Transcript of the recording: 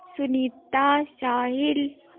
Sunita Sahil